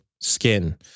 skin